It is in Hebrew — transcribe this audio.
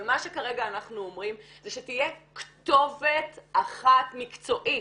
אבל מה שכרגע אנחנו אומרים זה שתהיה כתובת אחת מקצועית,